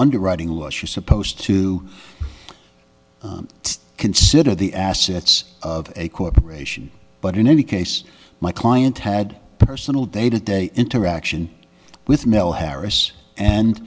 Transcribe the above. underwriting loss you're supposed to consider the assets of a corporation but in any case my client had personal day to day interaction with mel harris and